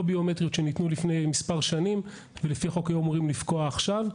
ביומטריות שניתנו לפני מספר שנים ולפי החוק היו אמורות לפקוע עכשיו.